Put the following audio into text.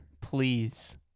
please